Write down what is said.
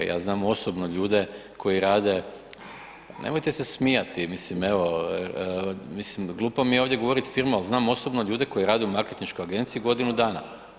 Ja znam osobno ljude koji rada, nemojte se smijati, mislim evo, mislim glupo mi je ovdje govoriti firmu, ali znam osobno ljude koji rade u marketinškoj agenciji godinu dana.